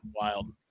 wild